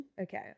okay